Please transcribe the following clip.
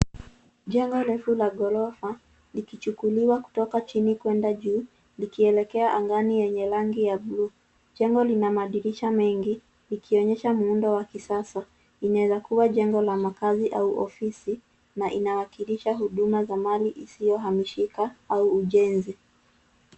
Jengo refu la gorofa likichukuliwa kutoka chini kueleka juu likielekea angani yenye rangi ya buluu. Jengo lina madirisha mengi, likionyesha muundo wa kisasa. Inaweza kuwa jengo la makazi au ofisi na inawakilisha huduma za mali isiyohamishika au ujenzi.